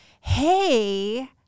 Hey